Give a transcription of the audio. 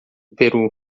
peru